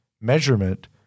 measurement